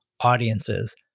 audiences